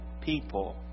people